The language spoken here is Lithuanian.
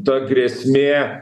ta grėsmė